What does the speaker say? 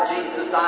Jesus